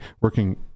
working